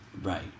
Right